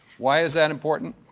why is that important?